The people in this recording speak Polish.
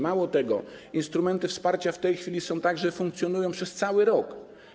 Mało tego, instrumenty wsparcia w tej chwili funkcjonują przez cały rok.